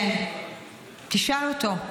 כן, שאל אותו.